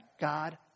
God